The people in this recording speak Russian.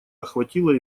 охватило